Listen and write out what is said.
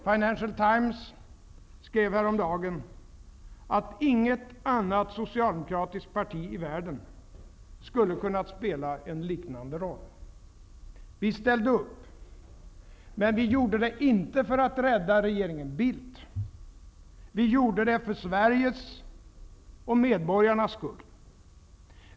Financial Times skrev häromdagen att inget annat socialdemokratiskt parti i världen skulle ha kunnat spela en liknande roll. Vi ställde upp, men vi gjorde det inte för att rädda regeringen Bildt, vi gjorde det för Sveriges och medborgarnas skull.